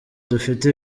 dufite